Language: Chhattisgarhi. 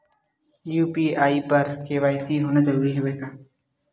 यू.पी.आई बर के.वाई.सी होना जरूरी हवय का?